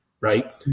Right